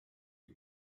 die